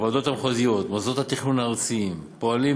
הוועדות המחוזיות ומוסדות התכנון הארציים פועלים